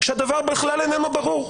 שהדבר בכלל איננו ברור.